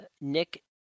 Nick